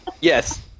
yes